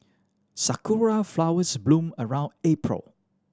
sakura flowers bloom around April